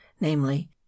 namely